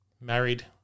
married